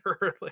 early